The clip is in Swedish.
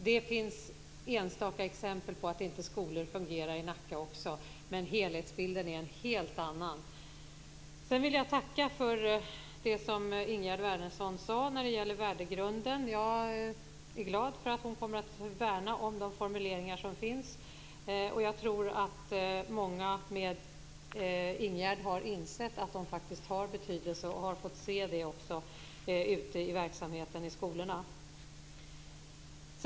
Det finns enstaka exempel på att enstaka skolor inte fungerar också i Nacka, men helhetsbilden är en helt annan. Sedan vill jag tacka för det som Ingegerd Wärnersson sade om värdegrunden. Jag är glad att man kommer att värna om de formuleringar som finns. Många med Ingegerd Wärnersson har nog insett att de faktiskt har betydelse, vilket de också har fått se i verksamheten i skolorna.